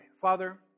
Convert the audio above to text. Father